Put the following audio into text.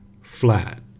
flat